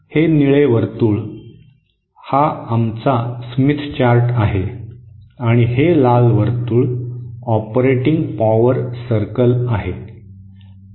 हा निळा वर्तुळ हा आमचा स्मिथ चार्ट आहे आणि हे लाल वर्तुळ ऑपरेटिंग पावर सर्कल आहेत